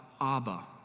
Abba